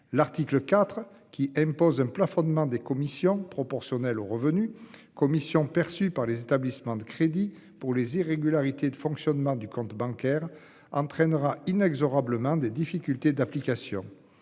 L'article IV qui impose un plafonnement des commissions proportionnelles aux revenus commissions perçues par les établissements de crédit pour les irrégularités de fonctionnement du compte bancaire entraînera inexorablement des difficultés d'application